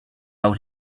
out